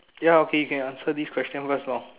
ya okay you can answer this question first lor